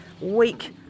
week